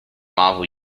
marvel